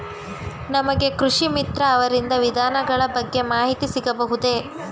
ನಮಗೆ ಕೃಷಿ ಮಿತ್ರ ಅವರಿಂದ ವಿಧಾನಗಳ ಬಗ್ಗೆ ಮಾಹಿತಿ ಸಿಗಬಹುದೇ?